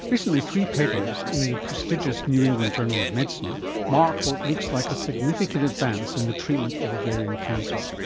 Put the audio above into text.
recently three papers in the prestigious new england journal of medicine marked what looks like a significant advance in the treatment of ovarian cancer.